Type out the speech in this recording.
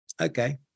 Okay